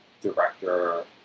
director